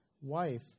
wife